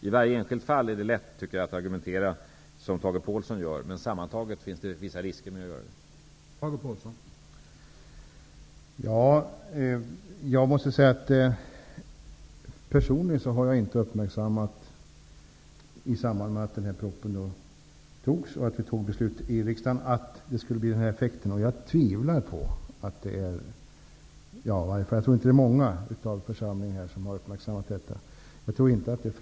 I varje enskilt fall är det lätt att argumentera som Tage Påhlsson gör, men sammantaget finns det vissa risker med att göra det.